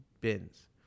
bins